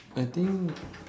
I think